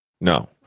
no